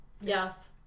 Yes